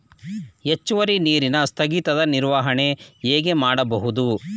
ಹೆಚ್ಚುವರಿ ನೀರಿನ ಸ್ಥಗಿತದ ನಿರ್ವಹಣೆ ಹೇಗೆ ಮಾಡಬಹುದು?